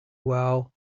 while